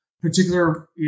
particular